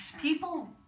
People